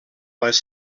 les